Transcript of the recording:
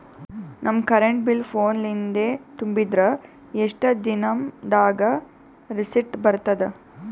ನಮ್ current bill ಫೋನ ಲಿಂದೇ ತುಂಬಿದ್ರ, ಎಷ್ಟ ದಿ ನಮ್ ದಾಗ ರಿಸಿಟ ಬರತದ?